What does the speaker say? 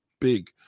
big